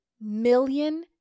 million